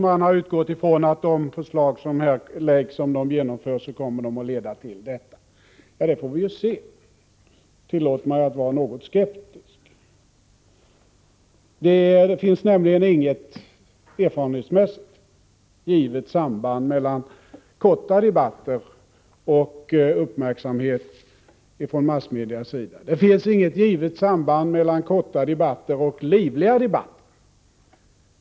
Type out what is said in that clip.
Man har utgått från att om de förslag som här framläggs blir genomförda, så kommer de att leda till detta. Ja, det får vi ju se. Tillåt mig att vara något skeptisk. Det finns nämligen inget erfarenhetsmässigt givet samband mellan korta debatter och uppmärksamhet från massmedia. Och det finns inget givet samband mellan korta debatter och livliga debatter.